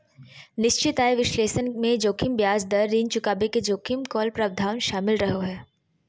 निश्चित आय विश्लेषण मे जोखिम ब्याज दर, ऋण चुकाबे के जोखिम, कॉल प्रावधान शामिल रहो हय